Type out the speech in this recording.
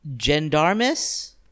gendarmes